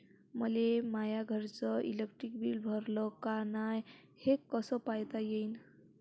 मले माया घरचं इलेक्ट्रिक बिल भरलं का नाय, हे कस पायता येईन?